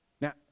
Now